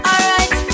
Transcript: Alright